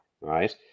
right